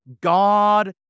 God